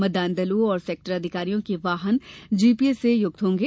मतदान दलों और सेक्टर अधिकारियों के वाहन जीपीएस से युक्त होंगे